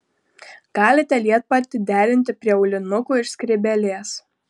galite lietpaltį derinti prie aulinukų ir skrybėlės